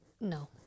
No